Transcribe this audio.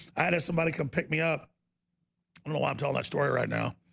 i had somebody come pick me up i don't know why i'm telling that story right now.